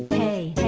a